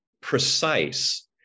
precise